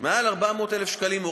מעל 400,000 שקלים.